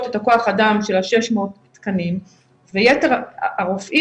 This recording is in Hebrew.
את כוח האדם של ה-600 תקנים ויתר הרופאים,